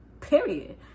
period